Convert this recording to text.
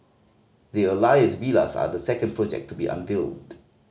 the Alias Villas are the second project to be unveiled